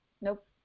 Nope